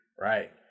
right